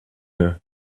her